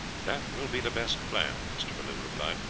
that will be the best plan, mr. bellew replied.